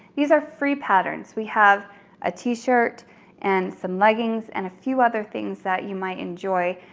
these are free patterns. we have a tee-shirt and some leggings and a few other things that you might enjoy.